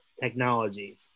technologies